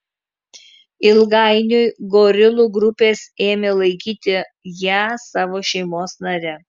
ilgainiui gorilų grupės ėmė laikyti ją savo šeimos nare